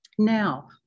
Now